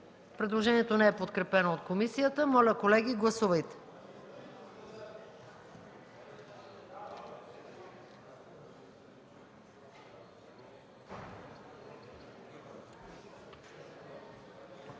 Предложението не е подкрепено от водещата комисия. Моля, колеги, гласувайте.